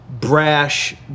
brash